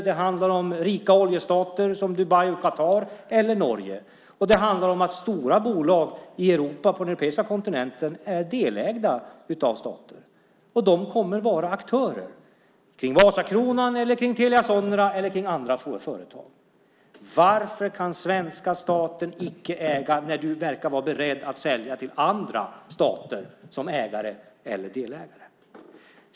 Det handlar om rika oljestater som Dubai, Qatar och Norge. Stora bolag på den europeiska kontinenten är delägda av stater, och de kommer att vara aktörer kring Vasakronan, Telia Sonera och andra av våra företag. Varför kan den svenska staten icke äga när du samtidigt verkar vara beredd att sälja till andra stater som därmed skulle bli ägare eller delägare?